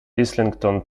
islington